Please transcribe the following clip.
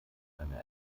eine